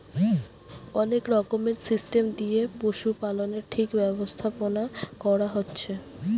অনেক রকমের সিস্টেম দিয়ে পশুপালনের ঠিক ব্যবস্থাপোনা কোরা হচ্ছে